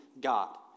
God